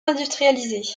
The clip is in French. industrialisée